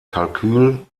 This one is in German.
kalkül